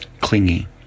clingy